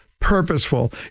purposeful